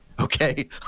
Okay